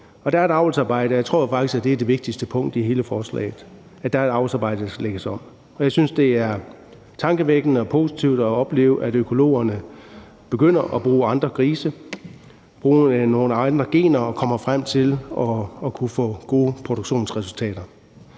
der skal lægges om, og jeg tror faktisk, det er det vigtigste punkt i hele forslaget. Jeg synes, det er tankevækkende og positivt at opleve, at økologerne begynder at bruge andre grise, at de bruger nogle andre gener, og når frem til at kunne få gode produktionsresultater.